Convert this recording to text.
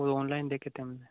वह ऑनलाइन देखे थे हमने